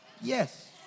yes